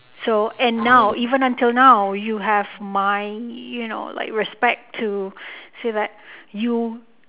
so and now even until now you have my you know like my respect to say that you